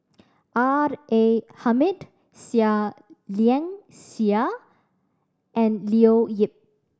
R A Hamid Seah Liang Seah and Leo Yip